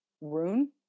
Rune